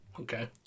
Okay